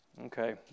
Okay